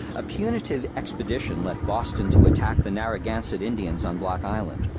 a punitive expedition left boston to attack the narragansett indians on block island,